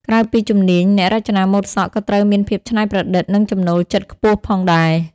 ក្រៅពីជំនាញ អ្នករចនាម៉ូដសក់ក៏ត្រូវមានភាពច្នៃប្រឌិតនិងចំណូលចិត្តខ្ពស់ផងដែរ។